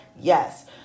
yes